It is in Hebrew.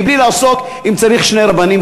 בלי לעסוק אם צריך שני רבנים,